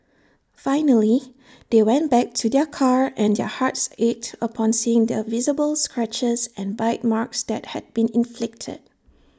finally they went back to their car and their hearts ached upon seeing the visible scratches and bite marks that had been inflicted